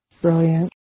brilliant